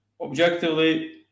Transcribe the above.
objectively